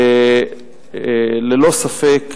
וללא ספק,